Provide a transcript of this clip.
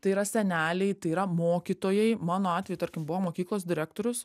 tai yra seneliai tai yra mokytojai mano atveju tarkim buvo mokyklos direktorius